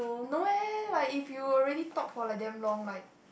no eh like if you already talk for like damn long like